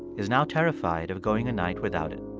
is now terrified of going a night without it.